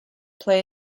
play